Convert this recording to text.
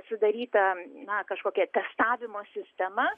sudaryta na kažkokia testavimo sistema